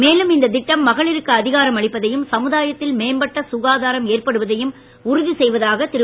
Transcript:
மேலும் இந்த திட்டம் மகளிருக்கு அதிகாரம் அளிப்பதையும் சமுதாயத்தில் மேம்பட்ட சுகாதாரம் ஏற்படுவதை உறுதி செய்வதாகவும் திரு